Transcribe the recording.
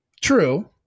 true